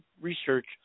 research